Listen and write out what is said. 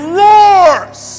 roars